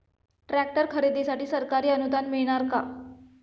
Tractor खरेदीसाठी सरकारी अनुदान मिळणार का?